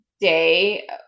day